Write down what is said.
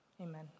Amen